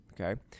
okay